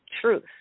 truth